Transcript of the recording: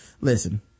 Listen